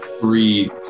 three